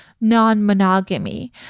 non-monogamy